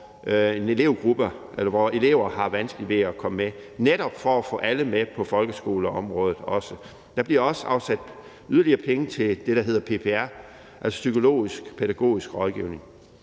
eller elever har vanskeligt ved at følge med, netop for også at få alle med på folkeskoleområdet. Der bliver også afsat yderligere penge til det, der hedder PPR, altså Pædagogisk Psykologisk Rådgivning.